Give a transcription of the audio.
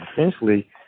essentially